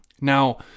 Now